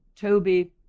Toby